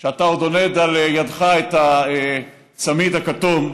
שאתה עוד עונד על ידך את הצמיד הכתום ואומר: